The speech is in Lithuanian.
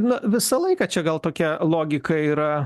na visą laiką čia gal tokia logika yra